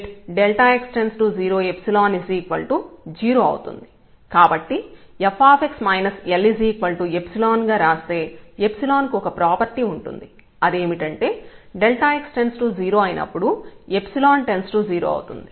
కాబట్టి f L ϵ గా రాస్తే ϵ కు ఒక ప్రాపర్టీ ఉంటుంది అదేమిటంటే x→0 అయినప్పుడు →0 అవుతుంది